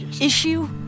Issue